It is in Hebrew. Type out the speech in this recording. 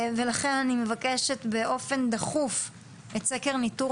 ולכן אני מבקשת באופן דחוף את סקר ניטור